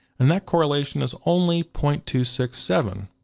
and that correlation is only point two six seven.